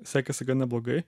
sekėsi gan neblogai